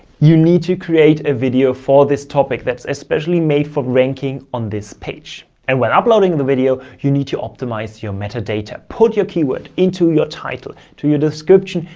you need to create a video for this topic that's especially made for ranking on this page. and we're uploading the video. you need to optimize your metadata, put your keyword into your title, to your description,